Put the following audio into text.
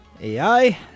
AI